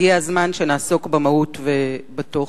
הגיע הזמן שנעסוק במהות ובתוכן.